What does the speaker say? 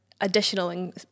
additional